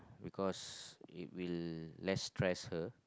because it will less stress her